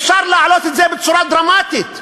אפשר להעלות את זה בצורה דרמטית.